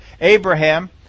Abraham